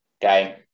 game